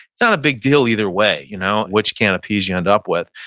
it's not a big deal either way you know which can of peas you end up with.